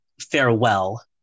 farewell